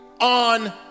on